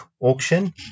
auction